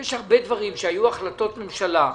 יש הרבה דברים כאשר היו החלטות ממשלה,